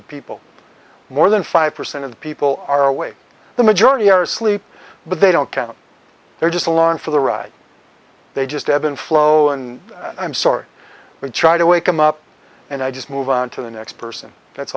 the people more than five percent of the people are awake the majority are asleep but they don't count they're just along for the ride they just ebb and flow and i'm sorry we try to wake them up and i just move on to the next person that's